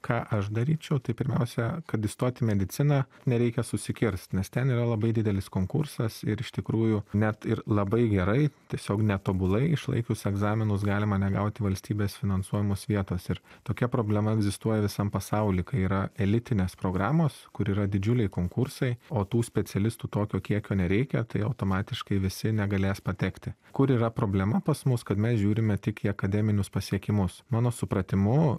ką aš daryčiau tai pirmiausia kad įstot į mediciną nereikia susikirst nes ten yra labai didelis konkursas ir iš tikrųjų net ir labai gerai tiesiog net tobulai išlaikius egzaminus galima negauti valstybės finansuojamos vietos ir tokia problema egzistuoja visam pasauly kai yra elitinės programos kur yra didžiuliai konkursai o tų specialistų tokio kiekio nereikia tai automatiškai visi negalės patekti kur yra problema pas mus kad mes žiūrime tik į akademinius pasiekimus mano supratimu